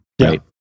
right